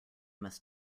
must